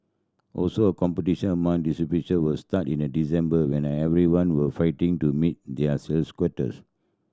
also a competition among distributor will start in December when everyone will fighting to meet their sales quotas